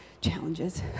challenges